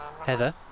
Heather